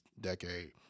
decade